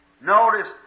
Notice